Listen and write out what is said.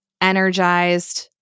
energized